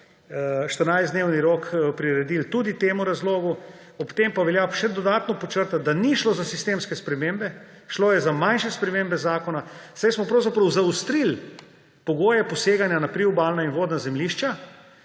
14-dnevni rok priredili tudi temu razlogu, ob tem pa velja še dodatno podčrtati, da ni šlo za sistemske spremembe, šlo je za manjše spremembe zakona, saj smo pravzaprav zaostrili pogoje poseganja na priobalna in vodna zemljišča.